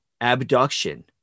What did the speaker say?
abduction